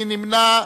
מי נמנע?